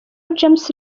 james